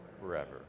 forever